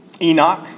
Enoch